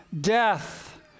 death